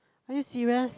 are you serious